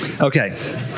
Okay